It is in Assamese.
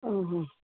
অঁ অঁ